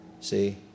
see